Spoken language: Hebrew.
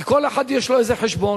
כי כל אחד יש לו איזה חשבון.